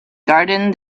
garden